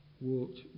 walked